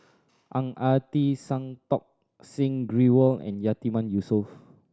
Ang Ah Tee Santokh Singh Grewal and Yatiman Yusof